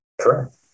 Correct